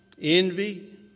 envy